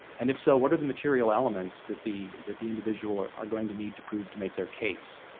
and if so, what are the material elements that the that the individual are are going to need to prove to make their case?